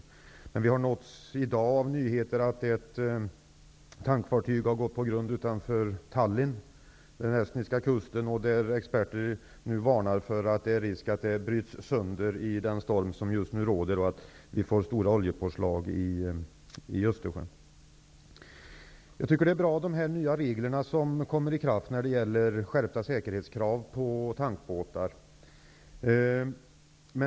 Vi har i dag nåtts av nyheten att ett tankfartyg har gått på grund utanför Tallinn vid den estniska kusten, och experter varnar nu för att det är risk för att det bryts sönder i stormen och att det blir stora oljepåslag i Östersjön. Det är bra att de nya reglerna träder i kraft när det gäller skärpta säkerhetskrav på tankbåtar.